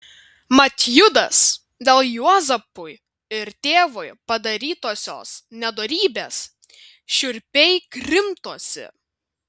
mat judas dėl juozapui ir tėvui padarytosios nedorybės šiurpiai krimtosi